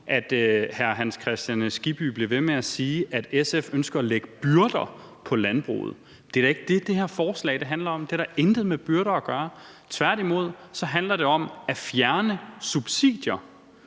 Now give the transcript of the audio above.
at hr. Hans Kristian Skibby bliver ved med at sige, at SF ønsker at lægge byrder på landbruget. Det er da ikke det, det her forslag handler om. Det har intet med byrder at gøre. Tværtimod handler det om at fjerne subsidier,